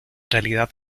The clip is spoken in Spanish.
realidad